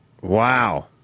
Wow